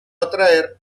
atraer